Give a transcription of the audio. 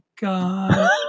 God